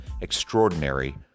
extraordinary